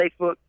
Facebook